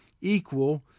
equal